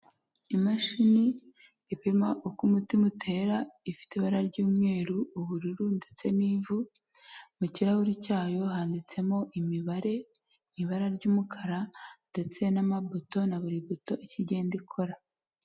Imashini ipima uko umutima utera ifite ibara ry'umweru ubururu ndetse n'ivu, mu kirahuri cyayo handitsemo imibare mu ibara ry'umukara, ndetse n'amabuto na buri buto icyo igenda ikora.